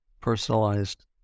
personalized